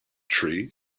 tree